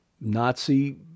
Nazi